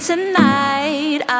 Tonight